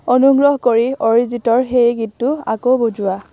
অনুগ্ৰহ কৰি অৰিজিতৰ সেই গীতটো আকৌ বজোৱা